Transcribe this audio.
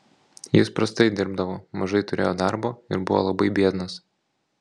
jis prastai dirbdavo mažai turėjo darbo ir buvo labai biednas